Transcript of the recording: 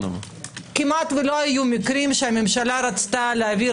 כמעט לא היו מקרים שהממשלה רצתה להעביר